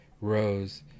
rose